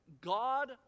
God